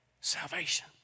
salvation